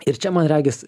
ir čia man regis